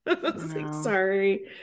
Sorry